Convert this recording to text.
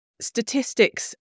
statistics